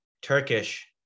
Turkish